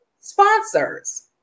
sponsors